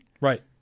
right